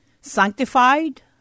sanctified